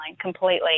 completely